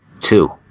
Two